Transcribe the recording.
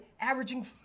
Averaging